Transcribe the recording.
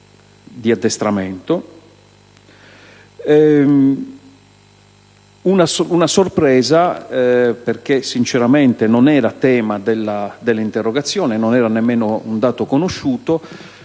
una sorpresa - perché non era tema dell'interrogazione e non era nemmeno un dato conosciuto